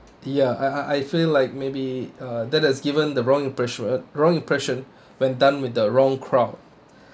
ya I I I feel like maybe uh that has given the wrong impression wrong impression when done with the wrong crowd